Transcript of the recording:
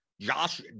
Josh